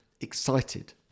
excited